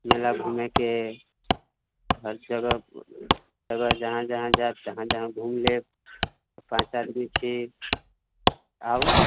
मेला घूमैके हर जगह जगह जहाँ जहाँ जायब तहाँ तहाँ घुमि लेब पाँच आदमी छी आउ